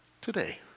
today